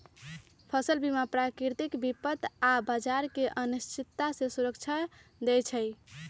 फसल बीमा प्राकृतिक विपत आऽ बाजार के अनिश्चितता से सुरक्षा देँइ छइ